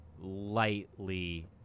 lightly